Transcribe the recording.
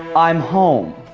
i'm home.